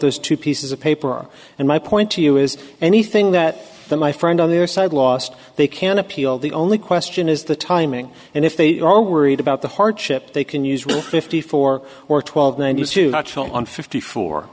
those two pieces of paper are and my point to you is anything that the my friend on their side lost they can appeal the only question is the timing and if they are worried about the hardship they can use really fifty four or twelve news to watch on fifty fo